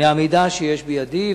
מהמידע שיש בידי,